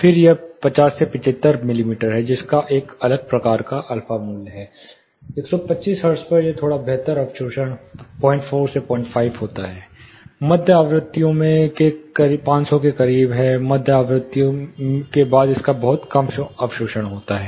फिर से यह 50 से 75 मिमी है जिसका एक अलग प्रकार का अल्फा मूल्य है 125 हर्ट्ज पर यह थोड़ा बेहतर अवशोषण 04 05 होता है मध्य आवृत्तियों के 500 के करीब है मध्य आवृत्ति के बाद इसका बहुत कम अवशोषण होता है